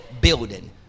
building